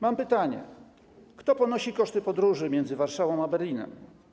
Mam pytanie: Kto ponosi koszty podróży między Warszawą a Berlinem?